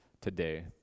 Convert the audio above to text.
today